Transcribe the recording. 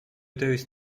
dose